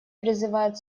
призывает